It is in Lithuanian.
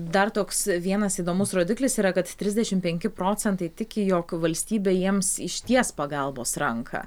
dar toks vienas įdomus rodiklis yra kad trisdešimt penki procentai tiki jog valstybė jiems išties pagalbos ranką